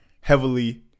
heavily